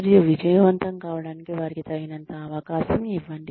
మరియు విజయవంతం కావడానికి వారికి తగినంత అవకాశం ఇవ్వండి